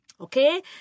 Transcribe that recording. Okay